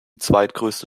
zweitgrößte